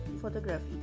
photography